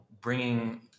bringing